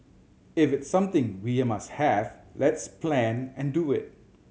if it's something we're must have let's plan and do it